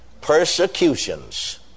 Persecutions